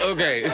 Okay